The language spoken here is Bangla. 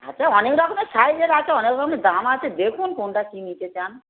আচ্ছা অনেক রকমের সাইজের আছে অনেক রকমের দাম আছে দেখুন কোনটা কি নিতে চান